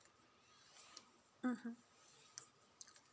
mmhmm